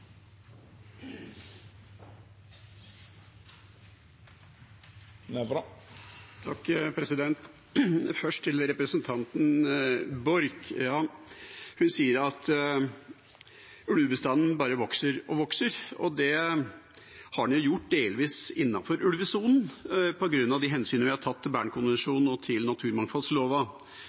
Først til representanten Borch: Hun sier at ulvebestanden bare vokser og vokser. Det har den jo gjort delvis innenfor ulvesonen, på grunn av de hensynene vi har tatt til Bernkonvensjonen og til